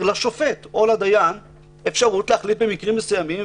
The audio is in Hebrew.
לשופט או לדיין אפשרות להחליט במקרים מסוימים,